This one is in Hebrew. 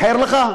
הוא איחר לך,